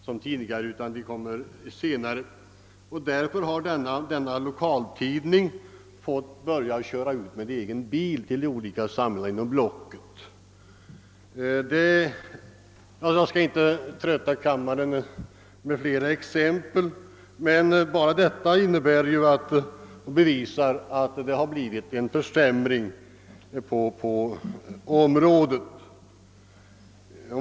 Lokaltidningen har därför tvingats att köra ut sina tidningsexemplar med egen bil till dessa orter. Jag skall inte trötta kammarens ledamöter med fler exempel, men redan de anförda visar ju att det har inträtt en försämring på detta område.